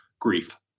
grief